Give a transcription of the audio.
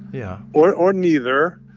yeah. or or neither.